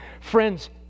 Friends